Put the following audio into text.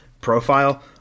profile